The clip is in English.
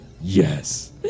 yes